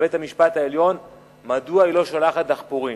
לבית-המשפט העליון מדוע היא לא שולחת דחפורים.